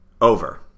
Over